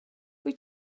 wyt